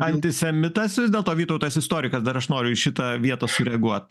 antisemitas vis dėlto vytautas istorikas dar aš noriu į šitą vietą sureaguot